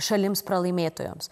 šalims pralaimėtojoms